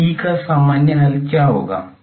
तो E का सामान्य हल क्या होगा